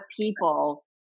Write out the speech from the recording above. people